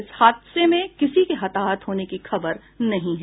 इस हादसे में किसी के हताहत होने की खबर नहीं है